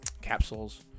capsules